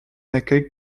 accueil